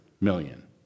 million